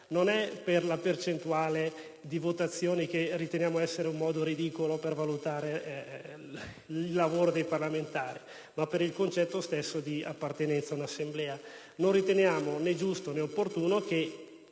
non è per la percentuale di votazione, che riteniamo essere un modo ridicolo per valutare il lavoro dei parlamentari, ma per il concetto stesso di appartenenza all'Assemblea non riteniamo né giusto né opportuno che,